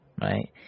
Right